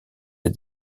des